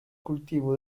cultivo